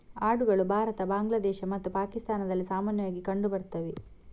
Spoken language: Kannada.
ಆಡುಗಳು ಭಾರತ, ಬಾಂಗ್ಲಾದೇಶ ಮತ್ತು ಪಾಕಿಸ್ತಾನದಲ್ಲಿ ಸಾಮಾನ್ಯವಾಗಿ ಕಂಡು ಬರ್ತವೆ